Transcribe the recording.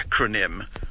acronym